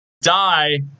die